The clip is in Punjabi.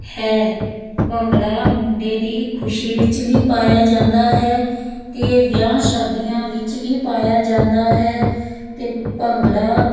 ਹੈ ਭੰਗੜਾ ਮੁੰਡੇ ਦੀ ਖੁਸ਼ੀ ਵਿੱਚ ਵੀ ਪਾਇਆ ਜਾਂਦਾ ਹੈ ਅਤੇ ਵਿਆਹ ਸ਼ਾਦੀਆਂ ਵਿੱਚ ਵੀ ਪਾਇਆ ਜਾਂਦਾ ਹੈ ਅਤੇ ਭੰਗੜਾ